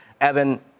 Evan